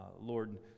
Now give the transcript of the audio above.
Lord